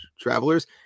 travelers